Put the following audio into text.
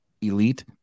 elite